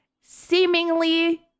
seemingly